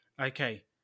Okay